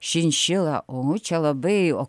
šinšila o čia labai o